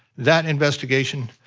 that investigation,